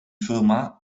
firma